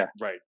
right